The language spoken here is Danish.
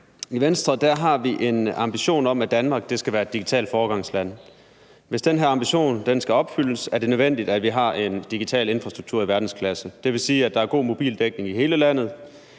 I Venstre har vi en ambition om, at Danmark skal være et digitalt foregangsland. Hvis den her ambition skal opfyldes, er det nødvendigt, at vi har en digital infrastruktur i verdensklasse. Det vil sige, at der er god mobildækning i hele landet,